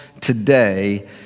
today